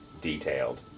detailed